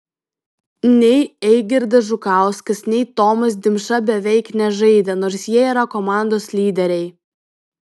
nei eigirdas žukauskas nei tomas dimša beveik nežaidė nors jie yra komandos lyderiai